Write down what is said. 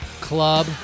club